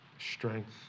strength